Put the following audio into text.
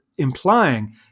implying